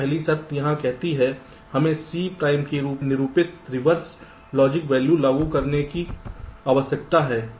पहली शर्त यहां कहती है हमें C प्राइम के रूप में निरूपित रिवर्स लॉजिक वैल्यू लागू करने की आवश्यकता है